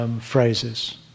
phrases